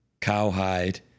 cowhide